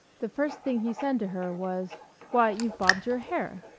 the first thing he said to her was why, you've bobbed your hair!